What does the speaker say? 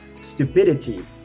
stupidity